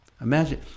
imagine